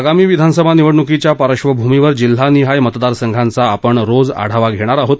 आगामी विधानसभा निवडणुकीच्या पार्श्वभूमीवर जिल्हानिहाय मतदार संघांचा आपण रोज आढावा घेणार आहोत